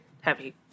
heavy